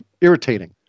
irritating